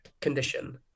condition